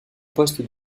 poste